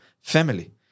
family